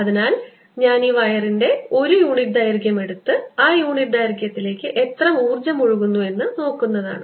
അതിനാൽ ഞാൻ ഈ വയറിന്റെ ഒരു യൂണിറ്റ് ദൈർഘ്യം എടുത്ത് ആ യൂണിറ്റ് ദൈർഘ്യത്തിലേക്ക് എത്ര ഊർജ്ജം ഒഴുകുന്നു എന്ന് നോക്കുന്നതാണ്